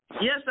Yes